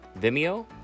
Vimeo